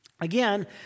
Again